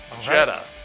Jetta